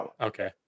Okay